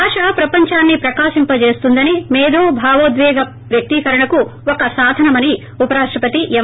భాష ప్రపంచాన్ని ప్రకాశింప జేస్తుందని మేధో భావోద్యేగ వ్యక్తీరణకు ఒక సాధనమని ఉపరాష్టపతి ఎం